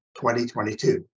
2022